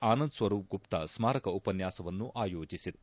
ಆನಂದ್ಸ್ವರೂಪ್ ಗುಪ್ತಾ ಸ್ನಾರಕ ಉಪನ್ಯಾಸವನ್ನು ಆಯೋಜಿಸಿತ್ತು